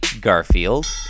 Garfield